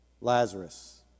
Lazarus